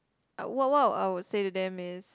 I what what I would say to them is